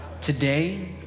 today